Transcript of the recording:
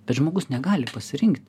bet žmogus negali pasirinkt